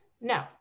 No